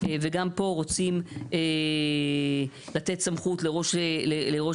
יש מצב שגם אפילו רוצים לאשר תוכנית ללא תסריט.